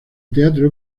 teatro